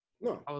No